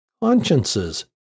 consciences